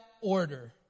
order